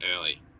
early